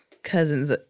Cousins